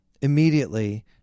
immediately